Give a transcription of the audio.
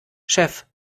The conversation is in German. chef